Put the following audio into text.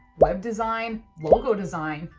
web design, logo design,